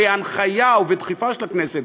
בהנחיה ובדחיפה של הכנסת,